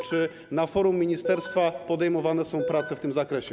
Czy na forum ministerstwa podejmowane są prace w tym zakresie?